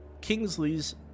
Kingsley's